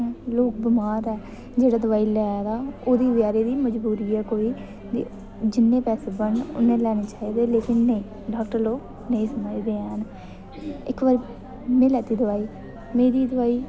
मतलब ओह् बमार ऐ जेह्ड़ा दवाई लै दा ओह्दी बेचारे दी मजबूरी ऐ कोई ते जिन्ने पैसे बनन उन्ने गै लैने चाहिदे लेकिन नेईं डाक्टर लोक नेईं समझदे हैन इक बारी में लैती दवाई मेरी दवाई